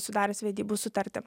sudarius vedybų sutartį